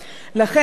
יש דרכים,